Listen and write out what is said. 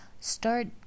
Start